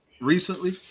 recently